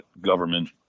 government